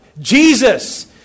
Jesus